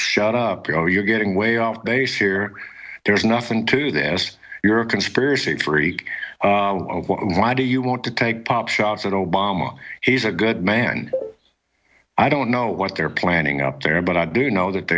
shut up you know you're getting way off base here there's nothing to this you're a conspiracy theory why do you want to take pot shots at obama he's a good man i don't know what they're planning up there but i do know that they